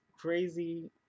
crazy